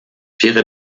wäre